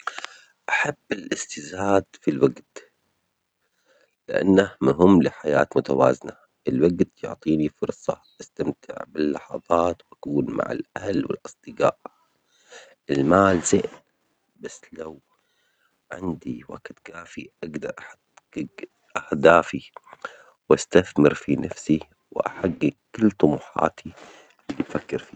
هل تفضل الاستزادة في الوقت أم في المال؟ ولماذا؟